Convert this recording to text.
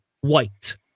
white